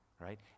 Right